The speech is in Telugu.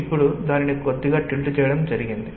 ఇప్పుడు దానిని కొద్దిగా టిల్ట్ చేయడం జరిగింది